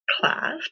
class